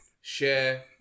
share